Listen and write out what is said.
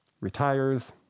retires